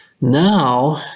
Now